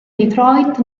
detroit